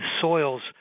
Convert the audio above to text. soils